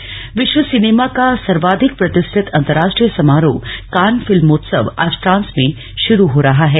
कान festival विश्व सिनेमा का सर्वाधिक प्रतिष्ठित अंतर्राष्ट्रीय समारोह कान फिल्मोत्सव आज फ्रांस में शुरु हो रहा है